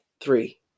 Three